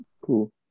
Cool